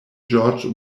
george